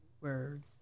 words